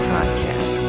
Podcast